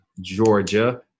Georgia